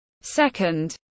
Second